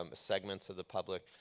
um segments of the public,